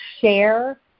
SHARE